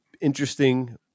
Interesting